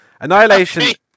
Annihilation